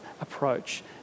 approach